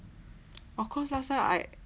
oh cause last time I